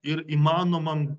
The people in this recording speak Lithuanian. ir įmanomam